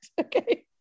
okay